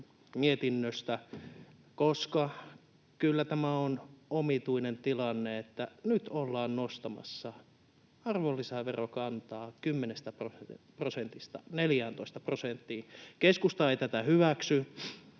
mietinnöstä, koska kyllä tämä on omituinen tilanne, että nyt ollaan nostamassa arvonlisäverokantaa 10 prosentista 14 prosenttiin. Keskusta ei tätä hyväksy.